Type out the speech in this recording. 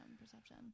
perception